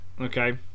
okay